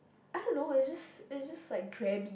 I don't know is just is just like drabby